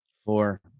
Four